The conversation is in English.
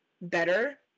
better